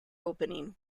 opening